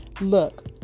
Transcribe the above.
Look